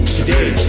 today